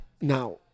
Now